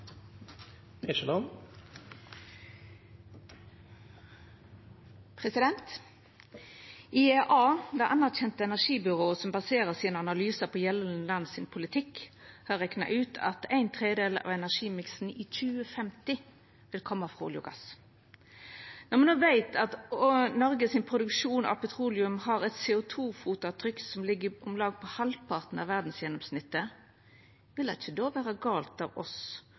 IEA – det anerkjente energibyrået som baserer sine analysar på gjeldande land sin politikk, har rekna ut at ein tredel av energimiksen i 2050 vil koma frå olje og gass. Når me då veit at Noreg i sin produksjon av petroleum har eit CO 2 -fotavtrykk som ligg på om lag halvparten av verdsgjennomsnittet, vil det ikkje då vera galt av oss